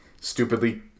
stupidly